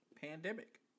Pandemic